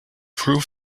proof